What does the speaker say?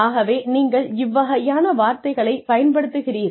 ஆகவே நீங்கள் இவ்வகையான வார்த்தையைப் பயன்படுத்துகிறீர்கள்